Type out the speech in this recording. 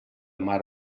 mar